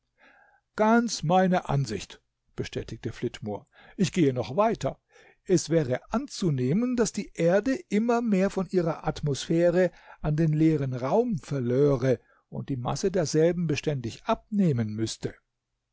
ganz meine ansicht bestätigte flitmore ich gehe noch weiter es wäre anzunehmen daß die erde immer mehr von ihrer atmosphäre an den leeren raum verlöre und die masse derselben beständig abnehmen müßte